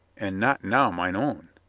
and not now mine own.